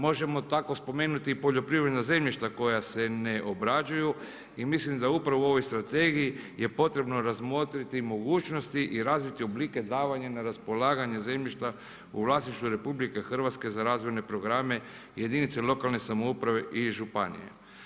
Možemo tako spomenuti i poljoprivredna zemljišta koja se ne obrađuju i mislim da upravo u ovoj strategiji je potrebno razmotriti mogućnosti i razviti oblike davanja na raspolaganje zemljišta u vlasništvu RH za razvojne programe jedinice lokalne samouprave i županije.